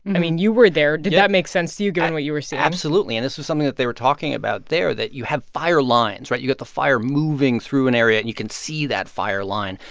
i mean, you were there. did that make sense to you, given what you were seeing? absolutely. and this was something that they were talking about there, that you have fire lines, right? you got the fire moving through an area. you can see that fire line.